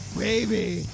baby